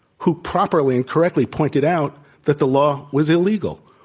who properly and correctly pointed out that the law was illegal,